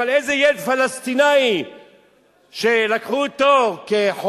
אבל איזה ילד פלסטיני שלקחו אותו כחומה,